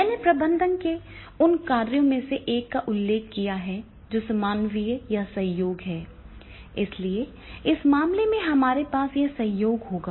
मैंने प्रबंधक के उन कार्यों में से एक का उल्लेख किया है जो समन्वय या सहयोग है इसलिए इस मामले में हमारे पास यह सहयोग होगा